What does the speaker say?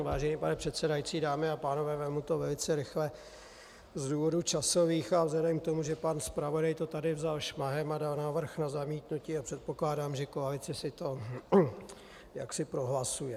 Vážený pane předsedající, dámy a pánové, vezmu to velice rychle z důvodů časových a vzhledem k tomu, že pan zpravodaj to tady vzal šmahem a dal návrh na zamítnutí, a předpokládám, že koalice si to jaksi prohlasuje.